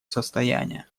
состояния